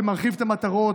שמרחיב את המטרות,